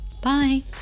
Bye